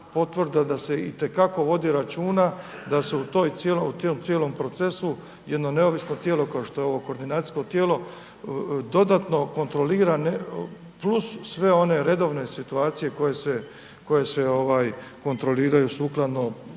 da se itekako vodi računa da se u tom cijelom procesu jedno neovisno tijelo kao što je ovo koordinacijsko tijelo dodatno kontrolira plus sve one redovne situacije koje se kontroliraju sukladno